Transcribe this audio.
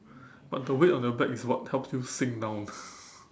but the weight of the bag is what helps you sink down